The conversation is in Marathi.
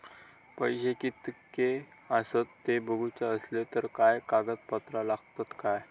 पैशे कीतके आसत ते बघुचे असले तर काय कागद पत्रा लागतात काय?